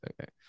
Okay